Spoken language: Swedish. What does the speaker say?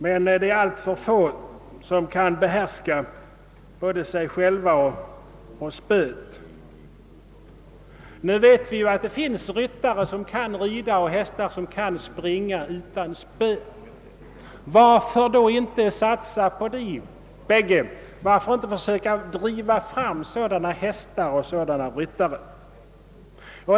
Men det är alltför få som kan behärska sig själva och spöet. Vi vet ju att det finns ryttare som kan rida och hästar som kan springa utan spö. Varför då inte satsa på dessa? Varför inte försöka driva fram sådana hästar och sådana ryttare?